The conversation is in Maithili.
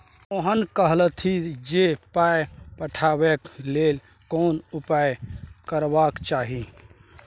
मोहन कहलथि जे पाय पठेबाक लेल कोन उपाय करबाक चाही